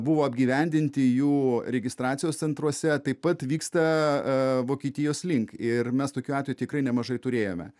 buvo apgyvendinti jų registracijos centruose taip pat vyksta vokietijos link ir mes tokių atvejų tikrai nemažai turėjome e taip pat